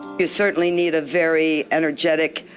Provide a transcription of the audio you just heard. you certainly need a very energetic,